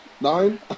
nine